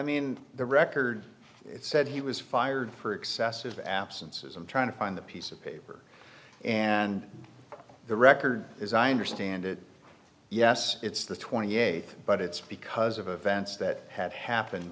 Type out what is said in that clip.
mean the record said he was fired for excessive absences i'm trying to find the piece of paper and the record as i understand it yes it's the twenty eighth but it's because of events that have happened